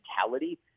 mentality